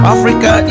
Africa